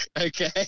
Okay